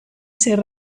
ser